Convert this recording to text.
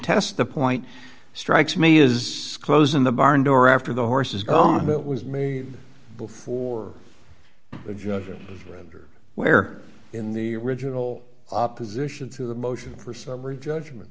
test the point strikes me is closing the barn door after the horses oh it was made before the judge render where in the original opposition to the motion for summary judgment